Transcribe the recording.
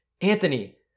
Anthony